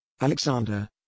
Alexander